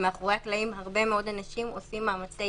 ומאחורי הקלעים הרבה מאוד אנשים עושים מאמצי